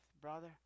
brother